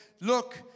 look